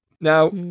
Now